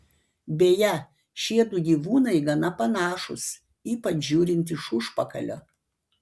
beje šiedu gyvūnai gana panašūs ypač žiūrint iš užpakalio